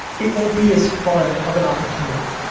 it won't be as fun of an opportunity.